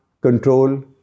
control